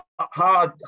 hard